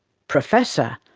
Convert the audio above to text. professor,